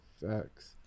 Facts